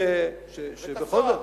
בבית-הסוהר.